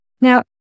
Now